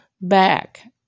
back